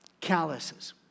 calluses